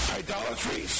idolatry